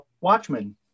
Watchmen